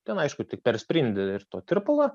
ten aišku tik per sprindį ir to tirpalo